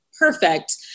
perfect